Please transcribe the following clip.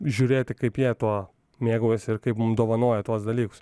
žiūrėti kaip jie tuo mėgaujasi ir kaip mum dovanoja tuos dalykus